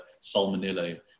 salmonella